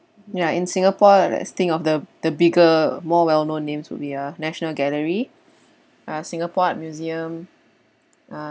ya in singapore let's think of the the bigger more well known names would be uh national gallery uh singapore art museum uh